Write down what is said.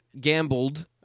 gambled